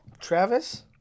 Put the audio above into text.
Travis